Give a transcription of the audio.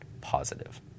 positive